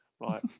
Right